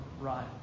right